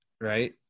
Right